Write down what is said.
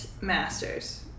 master's